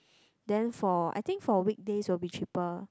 then for I think for weekdays will be cheaper